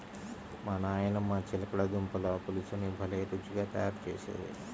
మా నాయనమ్మ చిలకడ దుంపల పులుసుని భలే రుచిగా తయారు చేసేది